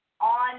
on